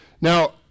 Now